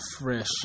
fresh